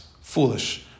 foolish